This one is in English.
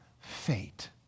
fate